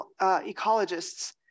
ecologists